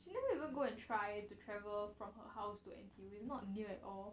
she never even go and try to travel from her house to N_T_U it's not near at all